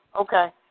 Okay